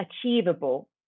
achievable